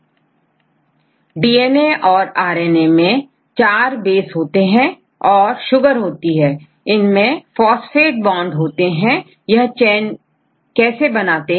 छात्र बेस तथा दूसरे बेस लेवलस्टूडेंट डीएनए और आरएनए में 4 बेस होते हैं और शुगर होती है इनमें फास्फेट बॉन्ड होते हैं यह चैन कैसे बनाते हैं